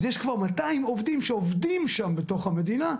אז יש כבר מאתיים עובדים שעובדים שם בתוך המדינה,